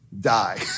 die